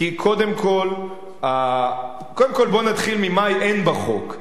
קודם כול, בוא נתחיל ממה שאין בחוק.